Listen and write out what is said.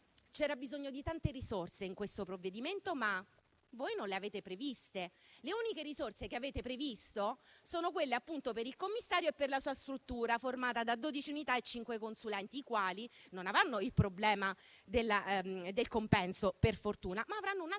c'era bisogno di tante risorse in questo provvedimento, ma voi non le avete previste. Le uniche risorse che avete previsto sono quelle per il commissario e per la sua struttura, formata da dodici unità e cinque consulenti, i quali non avranno il problema del compenso per fortuna, ma avranno un altro problema,